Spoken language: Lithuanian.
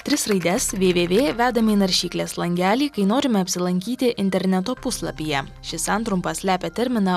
tris raides vvv vedam į naršyklės langely kai norime apsilankyti interneto puslapyje ši santrumpa slepia terminą